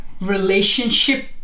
relationship